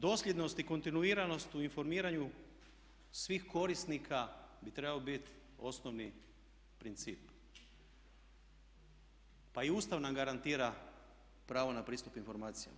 Dosljednost i kontinuiranost u informiranju svih korisnika bi trebao biti osnovni princip, pa i Ustav nam garantira pravo na pristup informacijama.